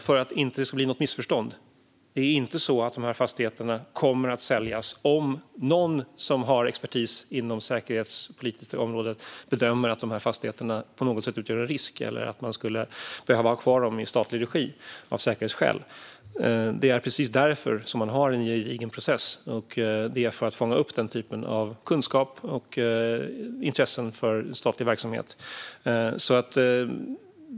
För att det inte ska råda några missförstånd vill jag återigen framhålla att inga fastigheter kommer att säljas om någon med säkerhetspolitisk expertis bedömer att dessa fastigheter på något sätt utgör en risk eller att man av säkerhetsskäl behöver ha kvar dem i statlig regi. Av precis den anledningen finns en gedigen process så att man kan fånga upp sådan kunskap och se vilka intressen den statliga verksamheten kan ha.